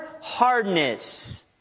hardness